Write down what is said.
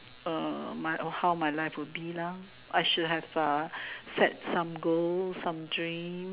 my offer my life would be lah I should have set some goals some dreams